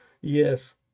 Yes